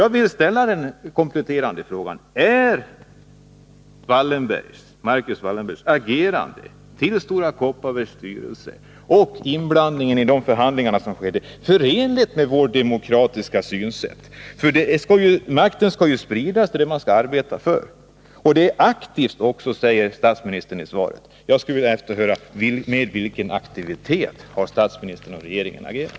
Jag vill därför ställa den kompletterande frågan: Är Marcus Wallenbergs agerande i Stora Kopparbergs styrelse och hans inblandning i förhandlingarna förenliga med vårt demokratiska synsätt? Makten skall ju spridas — det är det man skall arbeta för. Statsministern säger också i svaret att regeringen arbetar aktivt. Jag skulle vilja efterhöra med vilken aktivitet regeringen har agerat.